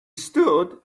stood